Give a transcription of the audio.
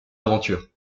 aventure